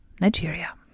Nigeria